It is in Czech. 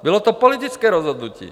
Bylo to politické rozhodnutí.